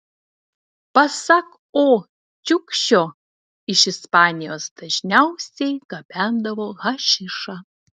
pasak o čiukšio iš ispanijos dažniausiai gabendavo hašišą